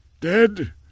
Dead